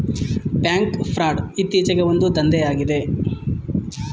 bank fraud ಇತ್ತೀಚೆಗೆ ಒಂದು ದಂಧೆಯಾಗಿದೆ